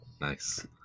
Nice